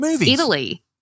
Italy